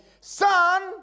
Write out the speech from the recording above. Son